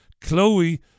Chloe